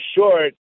short